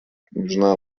княжна